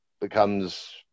becomes